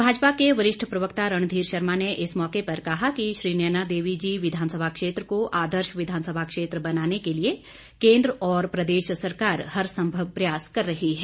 भाजपा के वरिष्ठ प्रवक्ता रणधीर शर्मा ने इस मौके पर कहा कि श्री नैना देवी विधानसभा क्षेत्र को आदर्श विधानसभा क्षेत्र बनाने के लिए केंद्र और प्रदेश सरकार हर संभव प्रयास कर रही है